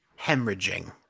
hemorrhaging